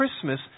Christmas